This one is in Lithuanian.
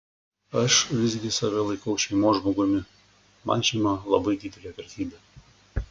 aš visgi save laikau šeimos žmogumi man šeima labai didelė vertybė